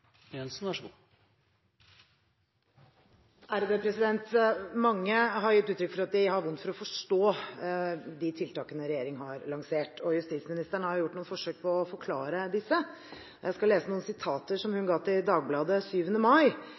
Mange har gitt uttrykk for at de har vondt for å forstå de tiltakene regjeringen har lansert. Justisministeren har gjort noen forsøk på å forklare disse. Jeg skal lese noen sitater som hun ga til Dagbladet 7. mai,